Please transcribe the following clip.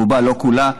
רובה, לא כולה,